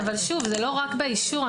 שוב, זה לא רק באישור.